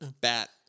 Bat